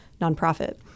nonprofit